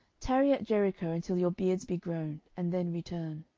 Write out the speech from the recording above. tarry at jericho until your beards be grown, and then return.